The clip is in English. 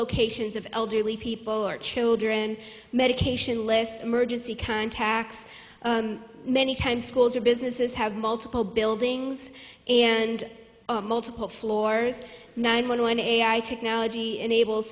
locations of elderly people or children medication list emergency contacts many times schools or businesses have multiple buildings and multiple floors nine one one ai technology enable